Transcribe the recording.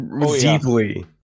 Deeply